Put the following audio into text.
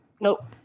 Nope